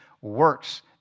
works